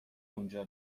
اونجا